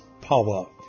Power